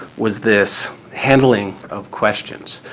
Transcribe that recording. was this handling of questions.